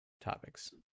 topics